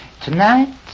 Tonight